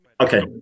Okay